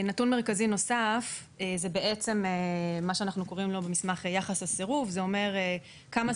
נתון מרכזי נוסף זה מה שאנחנו קוראים לו במסמך "יחס הסירוב" כמות